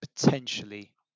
potentially